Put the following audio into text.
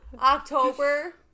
October